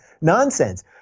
nonsense